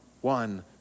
one